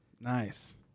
Nice